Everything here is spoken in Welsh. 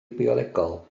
biolegol